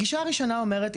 הגישה הראשונה אומרת,